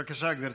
בבקשה, גברתי.